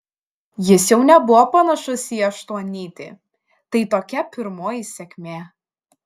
jis jau nebuvo panašus į aštuonnytį tai tokia pirmoji sėkmė